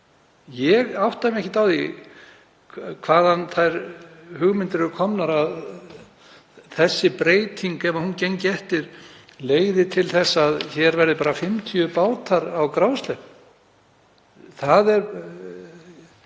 Ég átta mig ekki á hvaðan þær hugmyndir eru komnar að þessi breyting, ef hún gengur eftir, leiði til þess að hér verði bara 50 bátar á grásleppu. Ég er